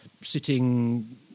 sitting